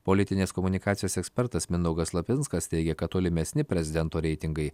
politinės komunikacijos ekspertas mindaugas lapinskas teigia kad tolimesni prezidento reitingai